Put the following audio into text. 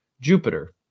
Jupiter